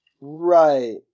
Right